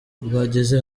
bageze